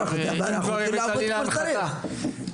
אם כבר, עלייה להנחתה.